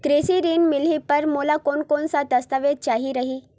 कृषि ऋण मिलही बर मोला कोन कोन स दस्तावेज चाही रही?